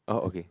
oh okay